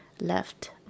left